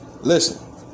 Listen